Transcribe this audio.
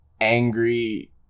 angry